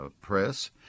Press